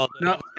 No